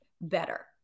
better